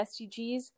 SDGs